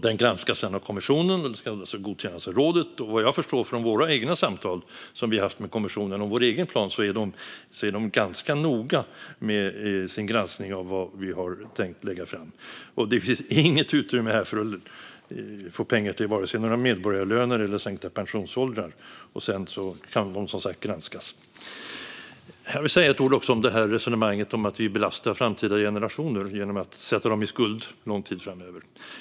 Den granskas sedan av kommissionen och ska godkännas av rådet. Vad jag förstår från våra egna samtal med kommissionen om vår egen plan är de ganska noga med sin granskning av vad vi har tänkt lägga fram, och det finns inget utrymme här för att få pengar vare sig till medborgarlöner eller sänkta pensionsåldrar. Jag vill säga ett ord också om resonemanget om att vi belastar framtida generationer genom att sätta dem i skuld lång tid framöver.